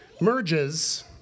merges